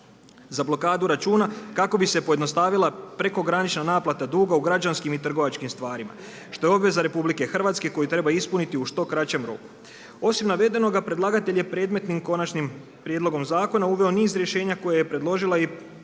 za blokadu računa kako bi se pojednostavila prekogranična naplata duga u građanskim i trgovačkim stvarima što je obveza RH koja treba ispuniti u što kraćem roku. Osim navedenoga, predlagatelj je predmetnim konačnim prijedlogom zakona uveo niz rješenja koje predložila i